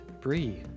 Brie